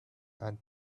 and